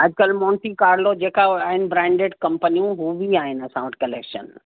अॼु कल्ह Monte Carlo जेका आहिनि ब्रांडेड कंपनियूं हू बि आहिनि असां वटि कलेक्शन